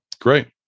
great